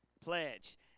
Pledge